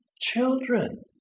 children